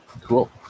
Cool